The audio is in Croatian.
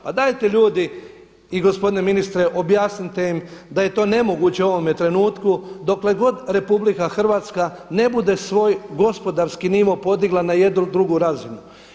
Pa dajte ljudi i gospodine ministre objasnite im da je to nemoguće u ovome trenutku dokle god RH ne bude svoj gospodarski nivo podigla na jednu drugu razinu.